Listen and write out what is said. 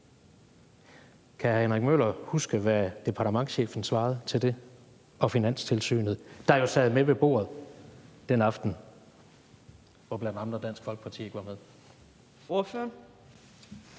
hr. Henrik Møller huske, hvad departementschefen svarede til det, og Finanstilsynet, der var taget med ved bordet den aften, hvor bl.a. Dansk Folkeparti ikke var med?